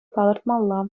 палӑртмалла